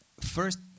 first